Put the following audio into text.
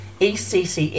ECCE